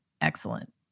excellent